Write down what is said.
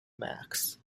max